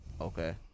Okay